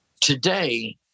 Today